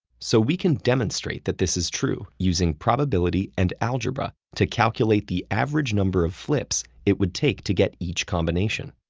so we can demonstrate that this is true using probability and algebra to calculate the average number of flips it would take to get each combination.